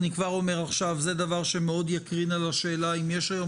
אני כבר אומר עכשיו שזה דבר שמאוד יקרין על השאלה אם יש היום